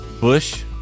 Bush